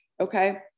okay